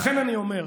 לכן אני אומר,